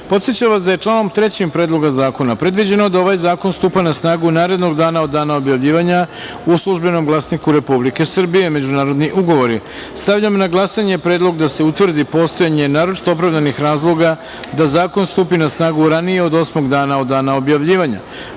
vas da je članom 3. Predloga zakona predviđeno da ovaj zakon stupa na snagu narednog dana od dana objavljivanja u „Službenom glasniku Republike Srbije -Međunarodni ugovori“.Stavljam na glasanje predlog da se utvrdi postojanje naročito opravdanih razloga da zakon stupi na snagu ranije od osmog dana od dana objavljivanja. Molim